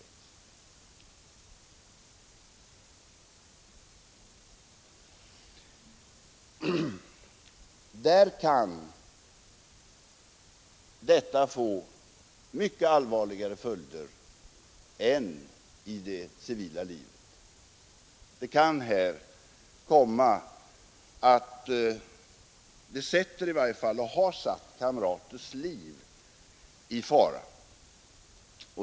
Inom försvaret kan detta få mycket allvarligare följder än i det civila livet. Det sätter och har satt kamraters liv i fara.